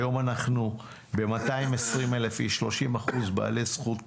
היום אנחנו ב-220,000 איש, 30% בעלי זכות בחירה,